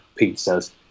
pizzas